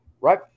Right